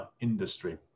industry